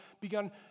begun